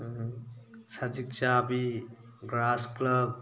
ꯁꯖꯤꯛ ꯆꯥꯕꯤ ꯒ꯭ꯔꯥꯁ ꯀ꯭ꯔꯞ